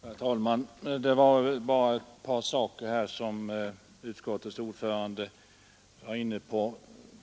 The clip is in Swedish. Herr talman! Jag skall bara säga några ord om ett par saker som utskottets ordförande var inne på.